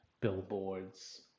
billboards